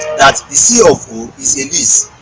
that the c of o is a lease,